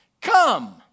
Come